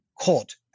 court